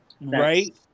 right